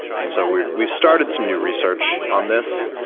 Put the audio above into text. and so we've we've started some new research on this.